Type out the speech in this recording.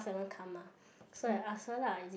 haven't come mah so I asked her lah is it